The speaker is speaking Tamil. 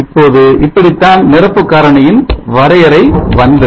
இப்போது இப்படித்தான் நிரப்பு காரணியின் வரையறை வந்தது